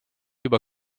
juba